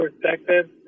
perspective